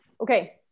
Okay